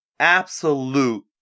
absolute